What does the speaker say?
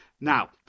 Now